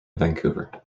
vancouver